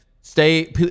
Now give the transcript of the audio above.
stay